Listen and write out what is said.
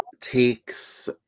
Takes